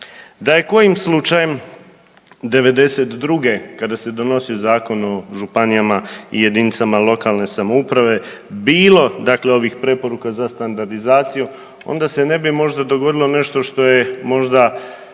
Da je kojim slučajem '92. kada se donosio Zakon o županijama i jedinicama lokalne samouprave bilo dakle ovih preporuka za standardizaciju, onda se ne bi možda dogodilo nešto što je možda